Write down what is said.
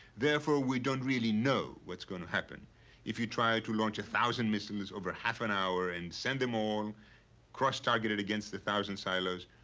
therefore we don't really know what's going to happen if you try to launch a thousand missiles over half an hour and send them all cross-targeted against a thousand silos.